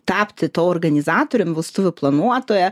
tapti tuo organizatorium vestuvių planuotoja